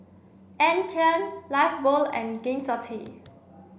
Anne Klein Lifebuoy and Gain City